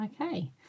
okay